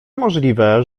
możliwe